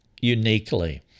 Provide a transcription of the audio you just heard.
uniquely